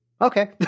okay